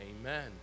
Amen